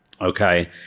Okay